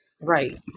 Right